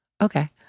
Okay